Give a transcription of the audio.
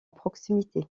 proximité